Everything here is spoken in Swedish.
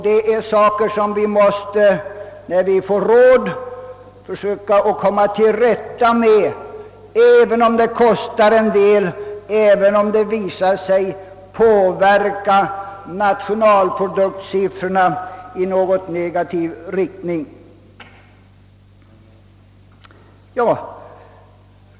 Det är saker som vi, när vi får råd, måste försöka komma till rätta med, även om det kostar en del och även om det visar sig påverka nationalproduktsiffrorna i en något negativ riktning.